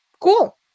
cool